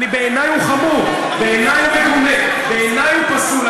בעיני הוא חמור, בעיני הוא חמור, בעיני הוא פסול.